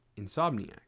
Insomniac